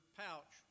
pouch